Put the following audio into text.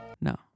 No